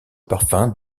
parfum